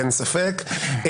אין ספק.